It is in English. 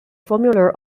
formula